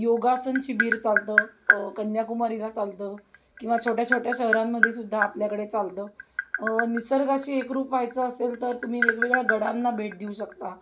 योगासन शिबीर चालतं कन्याकुमारीला चालतं किंवा छोट्या छोट्या शहरांमध्येसुद्धा आपल्याकडे चालतं निसर्गाशी एकरूप व्हायचं असेल तर तुम्ही वेगवेगळ्या गडांना भेट देऊ शकता